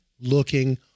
Looking